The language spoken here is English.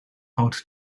out